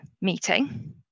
meeting